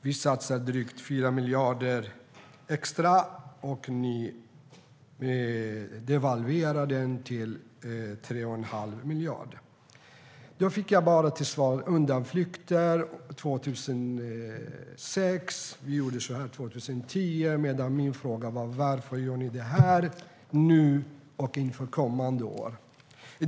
Vi satsar drygt 4 miljarder extra, och ni devalverar detta till 3 1⁄2 miljard. Jag fick bara undanflykter till svar. Man talade om vad man hade gjort 2006 och 2010, men min fråga gällde varför man gör detta nu och inför kommande år.